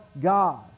God